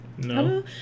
No